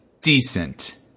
decent